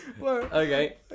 Okay